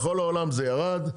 בכל העולם זה ירד,